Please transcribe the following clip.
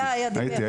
הייתי.